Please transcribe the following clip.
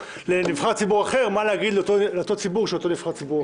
לנבחר ציבור אחר מה להגיד לאותו ציבור של אותו נבחר ציבור אחר.